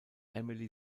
emily